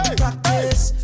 practice